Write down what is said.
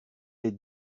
est